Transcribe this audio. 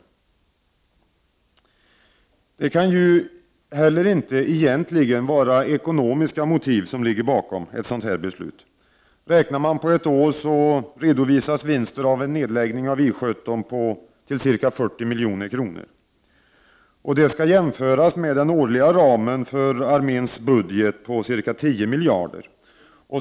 Egentligen kan det ju heller inte vara ekonomiska motiv bakom ett sådant här beslut. Räknat på ett år redovisas vinsten av en nedläggning av I 17 till ca 40 milj.kr., och det skall jämföras med arméns årliga budgetram på 10 miljarder.